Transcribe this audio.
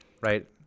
right